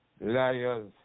liars